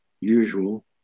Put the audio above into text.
usual